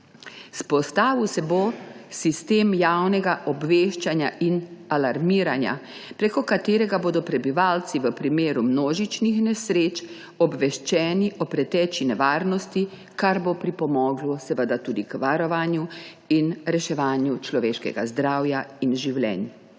Vzpostavil se bo sistem javnega obveščanja in alarmiranja, preko katerega bodo prebivalci v primeru množičnih nesreč obveščeni o preteči nevarnosti, kar bo pripomoglo tudi k varovanju in reševanju človeškega zdravja in življenj.